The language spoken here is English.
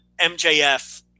MJF